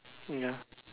ya